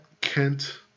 Kent